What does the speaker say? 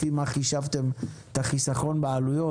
לפי מה חישבתם את החיסכון בעלויות,